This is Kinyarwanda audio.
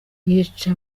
yica